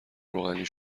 روغنی